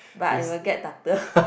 but you will get darker